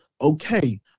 okay